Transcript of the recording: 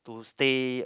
to stay